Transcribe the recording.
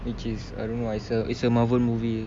which is I don't know it's a it's a Marvel movie